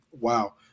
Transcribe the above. wow